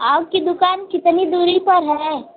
आपकी दुकान कितनी दूरी पर है